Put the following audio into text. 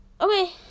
okay